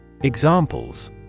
Examples